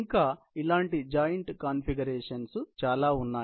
ఇంకా ఇలాంటి joint configurations చాలా ఉన్నాయి